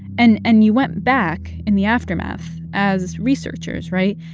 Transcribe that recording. and and you went back in the aftermath as researchers, right?